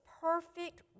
perfect